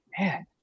man